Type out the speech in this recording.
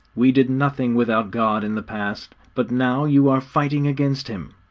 we did nothing without god in the past, but now you are fighting against him.